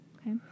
Okay